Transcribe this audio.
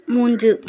மூன்று